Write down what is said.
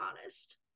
honest